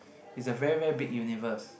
is a very very big universe